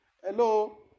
hello